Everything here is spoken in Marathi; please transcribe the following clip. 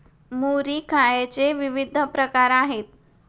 मुरी खायचे विविध प्रकार आहेत